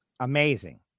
Amazing